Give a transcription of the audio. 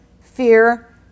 fear